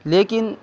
لیکن